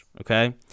Okay